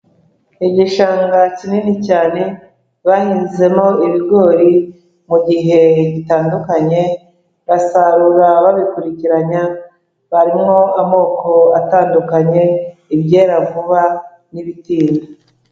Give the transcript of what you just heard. Igishanga kinini cyane bahinzemo ibigori mu gihe gitandukanye, basarura babikurikiranya, harimo amoko atandukanye, ibyera vuba n'ibitinda.